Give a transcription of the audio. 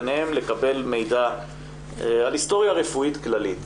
ביניהם לקבל מידע על היסטוריה רפואית כללית.